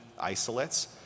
isolates